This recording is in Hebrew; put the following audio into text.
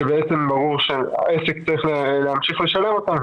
שברור שהעסק צריך להמשיך לשלם אותן.